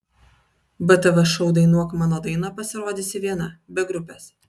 btv šou dainuok mano dainą pasirodysi viena be grupės